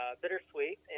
bittersweet